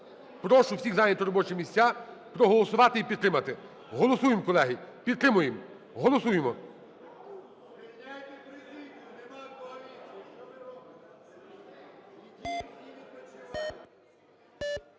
Прошу всіх зайняти робочі місця, проголосувати і підтримати. Голосуємо, колеги, підтримуємо.